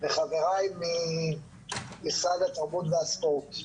וחבריי ממשרד התרבות והספורט.